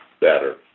better